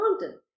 mountain